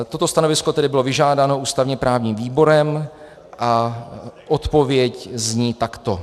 Toto stanovisko tedy bylo vyžádáno ústavněprávním výborem a odpověď zní takto: